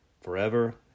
forever